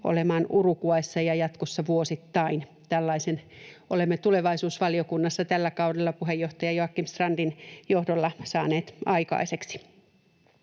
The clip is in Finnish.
olemaan Uruguayssa ja jatkossa vuosittain. Tällaisen olemme tulevaisuusvaliokunnassa tällä kaudella puheenjohtaja Joakim Strandin johdolla saaneet aikaiseksi.